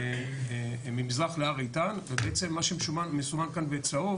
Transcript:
ממזרח להר איתן ובעצם מה שמסומן כאן בצהוב